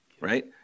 right